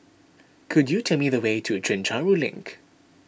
could you tell me the way to a Chencharu Link